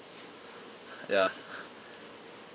ya